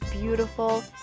beautiful